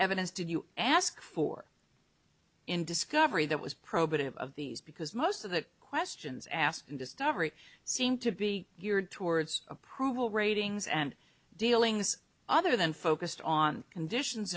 evidence did you ask for in discovery that was probative of these because most of the questions asked in discovery seemed to be geared towards approval ratings and dealings other than focused on conditions